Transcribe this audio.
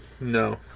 No